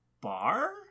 bar